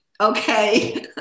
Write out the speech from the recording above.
Okay